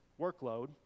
workload